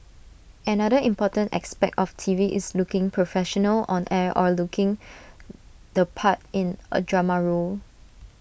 another important aspect of T V is looking professional on air or looking the part in A drama role